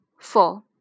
Four